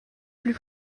plus